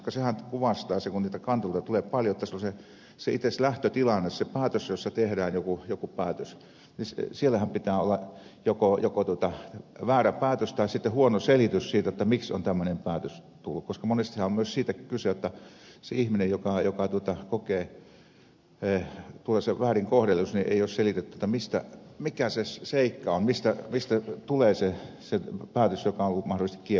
sehän kuvastaa sitä kun niitä kanteluita tulee paljon jotta itse siinä lähtötilanteessa jossa tehdään joku päätös siellähän pitää olla joko väärä päätös tai sitten huono selitys siitä jotta miksi on tämmöinen päätös tullut koska monestihan on myös siitä kyse jotta sille ihmiselle joka kokee tulleensa väärin kohdelluksi ei ole selitetty mikä se seikka on mistä tulee se päätös joka on ollut mahdollisesti kielteinen